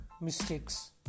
mistakes